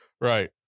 Right